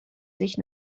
sich